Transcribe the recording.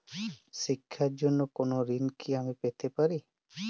শিক্ষার জন্য কোনো ঋণ কি আমি পেতে পারি?